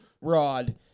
rod